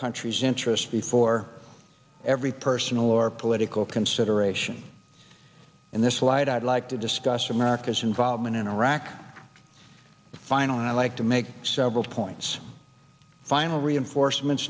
country's interests before every personal or political consideration in this light i'd like to discuss america's involvement in iraq finally i'd like to make several points final reinforcement